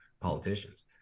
politicians